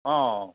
অঁ